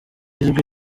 ijwi